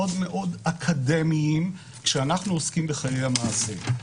מאוד מאוד אקדמיים, כשאנחנו עוסקים בחיי המעשה.